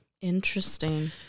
Interesting